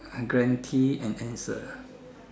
guaranteed an answer